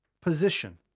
position